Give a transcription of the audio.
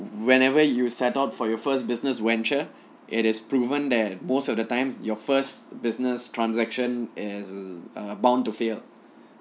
whenever you set up for your first business venture it is proven that most of the times your first business transaction is uh bound to fail